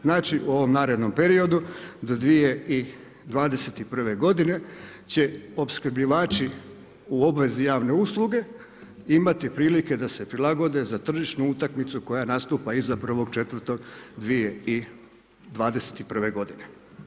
Znači u ovom narednom periodu do 2021. godine će opskrbljivači u obvezi javne usluge imati prilike da se prilagode za tržišnu utakmicu koja nastupa iza 1.4.2021. godine.